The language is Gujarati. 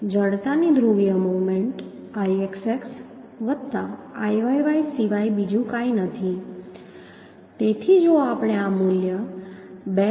જડતાની ધ્રુવીય મોમેન્ટ Ixx Iyy સિવાય બીજું કંઈ નથી તેથી જો આપણે આ મૂલ્ય 2